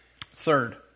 Third